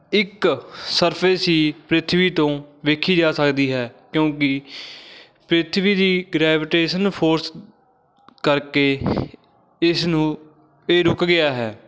ਇੱਕ ਸਰਫੇ ਸੀ ਪ੍ਰਿਥਵੀ ਤੋਂ ਵੇਖੀ ਜਾ ਸਕਦੀ ਹੈ ਕਿਉਂਕਿ ਪ੍ਰਿਥਵੀ ਦੀ ਗ੍ਰੈਵੀਟੇਸ਼ਨ ਫੋਰਸ ਕਰਕੇ ਇਸ ਨੂੰ ਇਹ ਰੁਕ ਗਿਆ ਹੈ